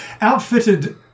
Outfitted